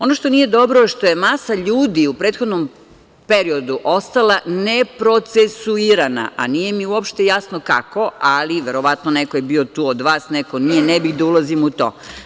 Ono što nije dobro, što je masa ljudi u prethodnom periodu ostala neprocesuirana, a nije mi uopšte jasno kako, ali verovatno neko je bio tu od vas, neko nije, ne bih da ulazim u to.